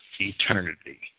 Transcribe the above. eternity